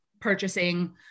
purchasing